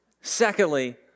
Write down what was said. secondly